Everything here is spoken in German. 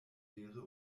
charaktere